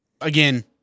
again